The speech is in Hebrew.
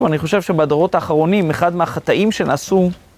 טוב, אני חושב שבדורות האחרונים, אחד מהחטאים שנעשו...